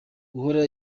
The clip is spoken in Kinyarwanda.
uhora